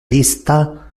lista